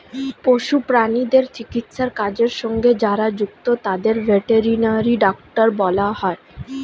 পশু প্রাণীদের চিকিৎসার কাজের সঙ্গে যারা যুক্ত তাদের ভেটেরিনারি ডাক্তার বলা হয়